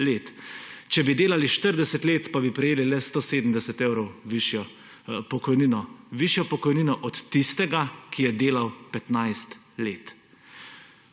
let. Če bi delali 40 let, pa bi prejeli le 170 evrov višjo pokojnino od tistega, ki je delal 15 let.